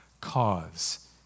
cause